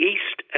East